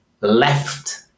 left